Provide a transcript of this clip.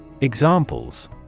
Examples